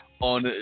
on